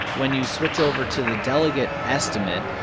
when you switch over to the delegate estimate,